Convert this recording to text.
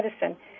medicine